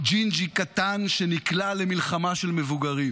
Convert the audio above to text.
ג'ינג'י קטן שנקלע למלחמה של מבוגרים.